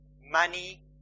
money